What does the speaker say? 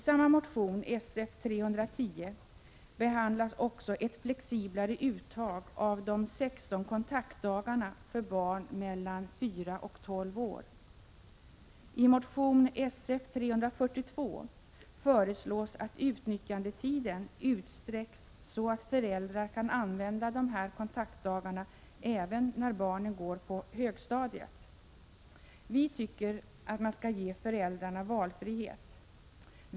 Samma motion, Sf310, behandlar också ett flexiblare uttag av de 16 kontaktdagarna för barn mellan 4 och 12 år. I motion Sf342 föreslås att utnyttjandetiden utsträcks så att föräldrar kan använda dessa kontaktdagar även när barnet går på högstadiet. Vi tycker att man skall ge föräldrarna valfrihet.